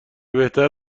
بهتر